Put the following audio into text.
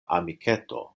amiketo